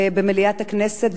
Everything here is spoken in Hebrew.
במליאת הכנסת,